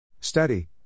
Study